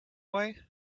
way